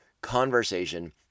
conversation